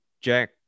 Jack